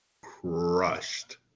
crushed